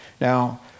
Now